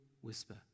whisper